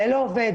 זה לא עובד,